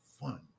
fun